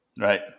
right